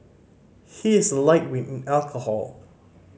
he is a lightweight in alcohol